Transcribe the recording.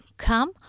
Come